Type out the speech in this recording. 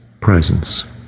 presence